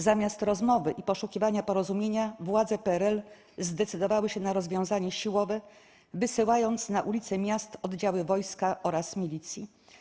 Zamiast rozmowy i poszukiwania porozumienia władze PRL zdecydowały się na rozwiązanie siłowe, wysyłając na ulice miast oddziały wojska oraz milicji.